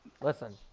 Listen